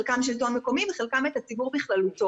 חלקם שלטון מקומי וחלקם את הציבור בכללותו.